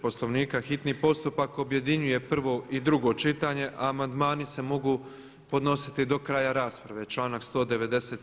Poslovnika hitni postupak objedinjuje prvo i drugo čitanje, a amandmani se mogu podnositi do kraja rasprave članak 197.